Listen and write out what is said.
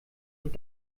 und